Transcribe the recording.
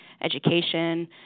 education